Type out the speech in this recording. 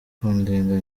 kundinda